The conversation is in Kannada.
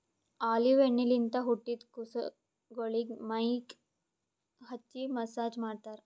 ಆಲಿವ್ ಎಣ್ಣಿಲಿಂತ್ ಹುಟ್ಟಿದ್ ಕುಸಗೊಳಿಗ್ ಮೈಗ್ ಹಚ್ಚಿ ಮಸ್ಸಾಜ್ ಮಾಡ್ತರ್